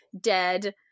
dead